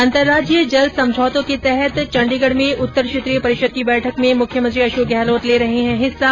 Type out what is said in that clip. अंतर्राज्यीय जल समझौतो के तहत चंडीगढ में उत्तर क्षेत्रीय परिषद की बैठक में मुख्यमंत्री अशोक गहलोत ले रहे है हिस्सा